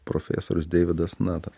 profesorius deividas natas